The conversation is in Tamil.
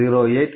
0315